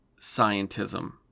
scientism